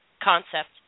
concept